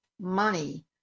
money